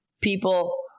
people